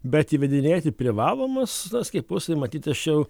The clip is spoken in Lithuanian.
bet įvedinėti privalomus skiepus tai matyt aš jau